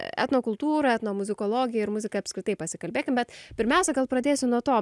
etnokultūrą etnomuzikologiją ir muziką apskritai pasikalbėkim bet pirmiausia gal pradėsiu nuo to